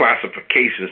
classifications